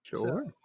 Sure